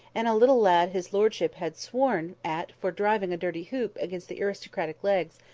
and a little lad his lordship had sworn at for driving a dirty hoop against the aristocratic legs,